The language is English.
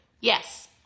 Yes